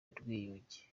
n’ubwiyunge